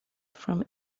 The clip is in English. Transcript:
from